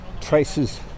traces